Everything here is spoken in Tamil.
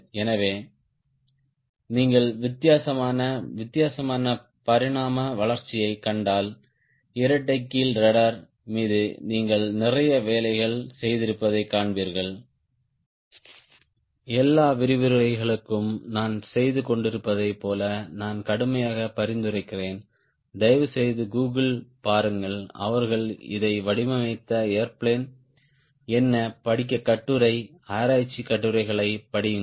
எனவே நீங்கள் வித்தியாசமான வித்தியாசமான பரிணாம வளர்ச்சியைக் கண்டால் இரட்டை கீல் ரட்ட்ர் மீது நீங்கள் நிறைய வேலைகள் செய்திருப்பதைக் காண்பீர்கள் எல்லா விரிவுரைகளுக்கும் நான் செய்துகொண்டிருப்பதைப் போல நான் கடுமையாக பரிந்துரைக்கிறேன் தயவுசெய்து கூகிளைப் பாருங்கள் அவர்கள் இதை வடிவமைத்த ஏர்பிளேன் என்ன படிக்க கட்டுரை ஆராய்ச்சி கட்டுரைகளைப் படியுங்கள்